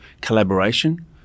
Collaboration